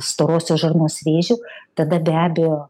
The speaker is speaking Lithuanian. storosios žarnos vėžiu tada be abejo